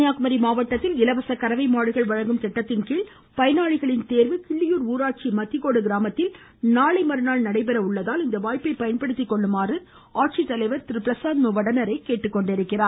கன்னியாகுமரி மாவட்டத்தில் இலவச கறவை மாடுகள் வழங்கும் திட்டத்தின்கீழ் பயனாளிகள் தேர்வு கிள்ளியூர் ஊராட்சி மத்திக்கோடு கிராமத்தில் நாளைமறுநாள் நடைபெற உள்ளதால் இந்த வாய்ப்பை பயன்படுத்திக் கொள்ளுமாறு மாவட்ட ஆட்சித்தலைவர் திரு பிரசாந்த் மு வடநேரே கூறியுள்ளார்